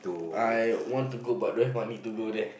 I want to go but don't have money to go there